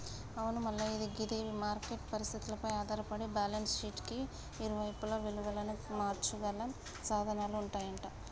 అవును మల్లయ్య ఇది మార్కెట్ పరిస్థితులపై ఆధారపడి బ్యాలెన్స్ షీట్ కి ఇరువైపులా విలువను మార్చగల సాధనాలు ఉంటాయంట